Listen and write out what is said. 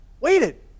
waited